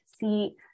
see